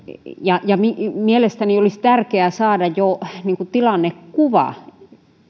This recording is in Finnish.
ja millä tavoin mielestäni olisi tärkeää saada jo tilannekuva